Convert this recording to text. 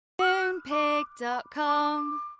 Moonpig.com